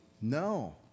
No